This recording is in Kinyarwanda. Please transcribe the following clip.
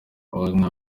ubuhamya